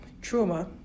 trauma